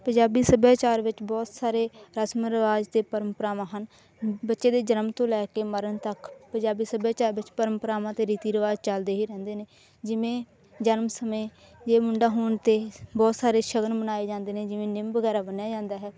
ਪੰਜਾਬੀ ਸੱਭਿਆਚਾਰ ਵਿੱਚ ਬਹੁਤ ਸਾਰੇ ਰਸਮ ਰਿਵਾਜ਼ ਅਤੇ ਪਰੰਪਰਾਵਾਂ ਹਨ ਬੱਚੇ ਦੇ ਜਨਮ ਤੋਂ ਲੈ ਕੇ ਮਰਨ ਤੱਕ ਪੰਜਾਬੀ ਸੱਭਿਆਚਾਰ ਵਿੱਚ ਪਰੰਪਰਾਵਾਂ ਅਤੇ ਰੀਤੀ ਰਿਵਾਜ਼ ਚੱਲਦੇ ਹੀ ਰਹਿੰਦੇ ਨੇ ਜਿਵੇਂ ਜਨਮ ਸਮੇਂ ਜੇ ਮੁੰਡਾ ਹੋਣ 'ਤੇ ਬਹੁਤ ਸਾਰੇ ਸ਼ਗਨ ਮਨਾਏ ਜਾਂਦੇ ਨੇ ਜਿਵੇਂ ਨਿੰਮ ਵਗੈਰਾ ਬੰਨਿਆ ਜਾਂਦਾ ਹੈ